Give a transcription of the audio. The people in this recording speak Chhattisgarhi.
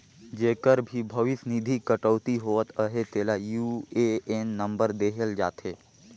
जेकर भी भविस निधि कटउती होवत अहे तेला यू.ए.एन नंबर देहल जाथे